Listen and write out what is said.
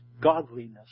godliness